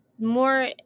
more